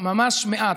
פשוטה: ממש מעט,